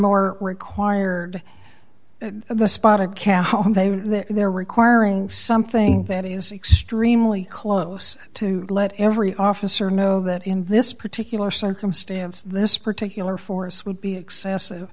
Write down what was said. more required the spot of care how they they're requiring something that is extremely close to let every officer know that in this particular circumstance this particular force would be excessive